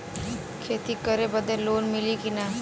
खेती करे बदे लोन मिली कि ना?